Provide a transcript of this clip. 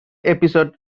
episode